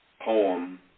poem